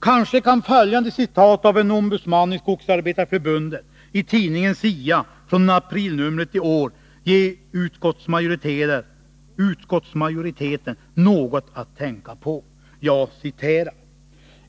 Kanske kan följande citat från ett uttalande av en ombudsman i Skogsarbetareförbundet i tidningen SIA, aprilnumret i år, ge utskottsmajoriteten något att tänka på: